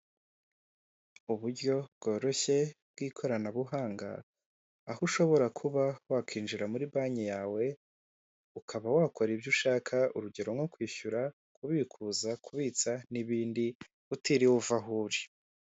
Uburyo bworoshye bw'ikoranabuhanga aho ushobora kuba wakinjira muri banki yawe ukaba wakora ibyo ushaka urugero nko kwishyura, kubikuza, kubitsa n'ibindi utiriwe uva aho uri.